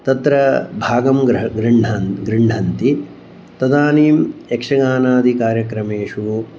तत्र भागं गृह् गृह्ण गृह्णन्ति तदानीं यक्षगानादि कार्यक्रमेषु